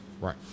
Right